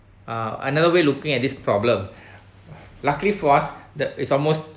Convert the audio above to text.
uh another way looking at this problem luckily for us the is almost